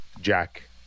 Jack